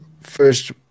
first